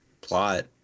plot